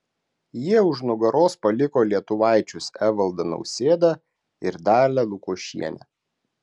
jie už nugaros paliko lietuvaičius evaldą nausėdą ir dalią lukošienę